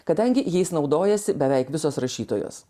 kadangi jais naudojasi beveik visos rašytojos